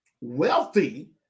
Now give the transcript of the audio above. Wealthy